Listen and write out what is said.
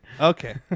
Okay